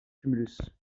tumulus